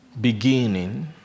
beginning